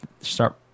start